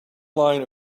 line